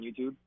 YouTube